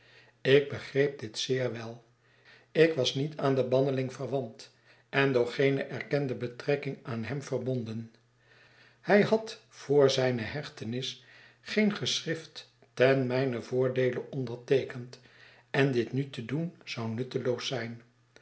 ik begreep dit zeer wel ik was niet aan den banneling verwant en door geene erkende betrekking aan hem verbonden hij had voor zijne hechtenis geen geschriftten mijnen'voordeele onderteekend en dit nu te doen zou nutteloos zijn